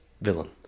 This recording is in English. villain